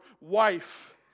wife